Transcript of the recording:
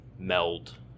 Meld